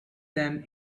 them